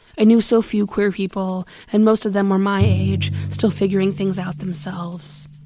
i knew so few queer people, and most of them were my age, still figuring things out themselves.